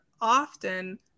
often